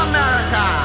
America